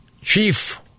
Chief